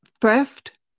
theft